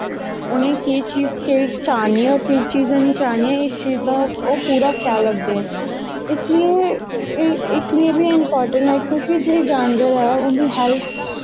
उनेंगी केह् चीज़ां चाढ़नियां और केह् नेई चाढ़नियां इ चीज़ दा ओह् पूरा ख्याल रखदे इस लेई एह् बी इंपार्टैंट ऐ कि जेह्ड़े जानवर ऐं उंदी हैल्थ